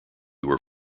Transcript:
were